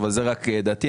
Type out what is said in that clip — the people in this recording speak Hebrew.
זו רק דעתי,